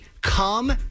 come